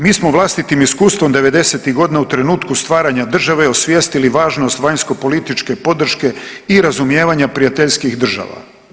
Mi smo vlastitim iskustvom 90-tih godina u trenutku stvaranja države osvjestili važnost vanjskopolitičke podrške i razumijevanja prijateljskih država.